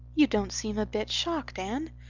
you don't seem a bit shocked, anne.